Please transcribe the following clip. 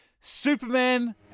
superman